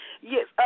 Yes